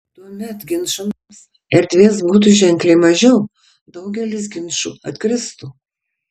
tuomet ginčams erdvės būtų ženkliai mažiau daugelis ginčų atkristų